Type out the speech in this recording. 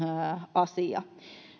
asia